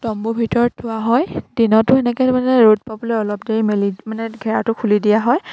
তম্বুৰ ভিতৰত থোৱা হয় দিনতো সেনেকে মানে ৰ'দ পাবলৈ অলপ দেৰি মেলি মানে ঘেৰাটো খুলি দিয়া হয়